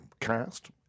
cast